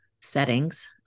settings